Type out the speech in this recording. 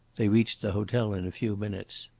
they reached the hotel in a few minutes.